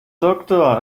doktor